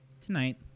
tonight